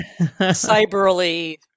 cyberly